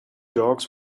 dogs